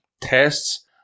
tests